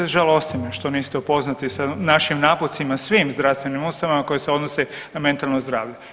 Žalosti me što niste upoznati sa našim naputcima svim zdravstvenim ustanovama koje se odnose na mentalno zdravlje.